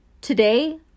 Today